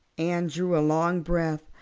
anne drew a long breath.